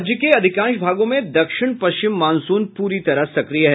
राज्य के अधिकांश भागों में दक्षिण पश्चिम मॉनसून पूरी तरह सक्रिय है